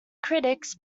critics